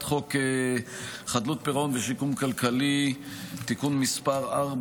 הצעת חוק חדלות פירעון ושיקום כלכלי (תיקון מס' 4,